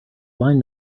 line